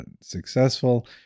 successful